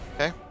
Okay